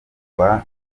rwa